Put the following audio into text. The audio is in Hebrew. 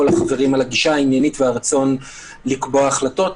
החברים על הגישה העניינית והרצון לקבוע החלטות.